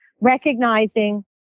recognizing